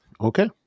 Okay